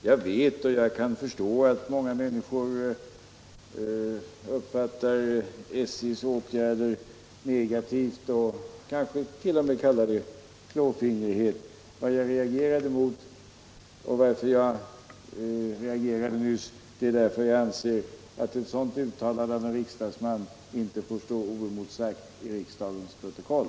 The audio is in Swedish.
Herr talman! Jag vet och jag kan förstå att många människor uppfattar SJ:s åtgärder negativt och kanske t.o.m. talar om klåfingrighet. Att jag reagerade nyss berodde på att jag anser att ett sådant uttalande av en riksdagsman som här gjordes inte får stå oemotsagt i riksdagens protokoll.